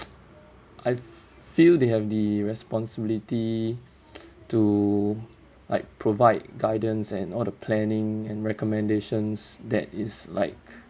I feel they have the responsibility to like provide guidance and all the planning and recommendations that is like